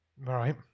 Right